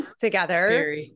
together